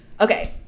Okay